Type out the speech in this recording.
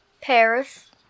Paris